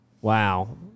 Wow